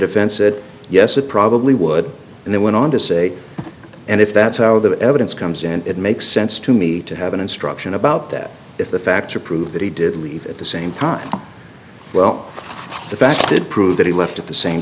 defense said yes it probably would and they went on to say and if that's how the evidence comes in it makes sense to me to have an instruction about that if the fact to prove that he did leave at the same time well the facts did prove that he left at the same